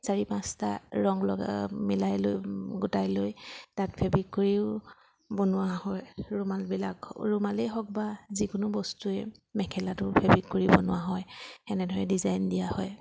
চাৰি পাঁচটা ৰং লগা মিলাই লৈ গোটাই লৈ তাত ফেব্ৰিক কৰিও বনোৱা হয় ৰুমালবিলাক ৰুমালেই হওক বা যিকোনো বস্তুৱে মেখেলাটো ফেবিক কৰি বনোৱা হয় এনেদৰে ডিজাইন দিয়া হয়